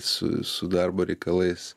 su su darbo reikalais